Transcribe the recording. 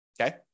Okay